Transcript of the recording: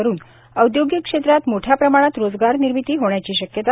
करून औदयोगिक क्षेत्रात मोठया प्रमाणात रोजगार निर्मिती होण्याची शक्यता